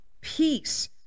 peace